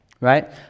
right